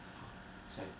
!huh! shag